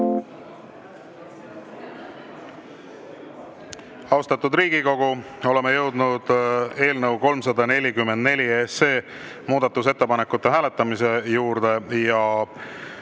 Austatud Riigikogu, oleme jõudnud eelnõu 344 muudatusettepanekute hääletamise juurde.